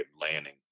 landing